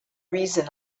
reason